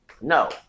No